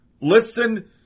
Listen